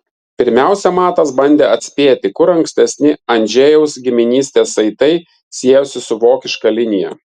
pirmiausia matas bandė atspėti kur ankstesni andžejaus giminystės saitai siejosi su vokiška linija